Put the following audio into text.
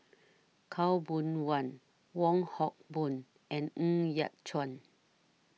Khaw Boon Wan Wong Hock Boon and Ng Yat Chuan